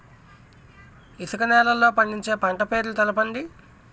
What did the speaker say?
ఇసుక నేలల్లో పండించే పంట పేర్లు తెలపండి?